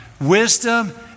Wisdom